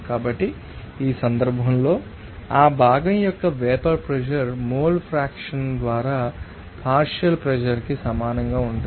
కాబట్టి ఈ సందర్భంలో ఆ భాగం యొక్క వేపర్ ప్రెషర్ మోల్ ఫ్రాక్షన్ ద్వారా పార్షియల్ ప్రెషర్ కి సమానంగా ఉంటుంది